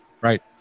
Right